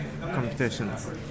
competitions